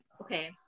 okay